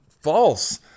False